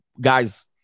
guys